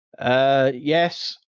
Yes